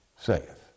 saith